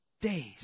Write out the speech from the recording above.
days